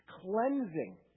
cleansing